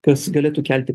kas galėtų kelti